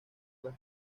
las